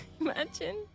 Imagine